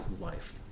life